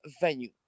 venue